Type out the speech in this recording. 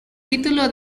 título